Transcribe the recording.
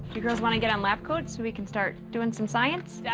you girls want to get on lab coats, so we can start doing some science? yeah